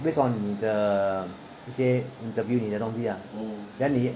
based on 你的一些 interview 你的东西 lah then 你